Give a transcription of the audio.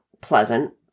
pleasant